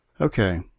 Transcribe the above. Okay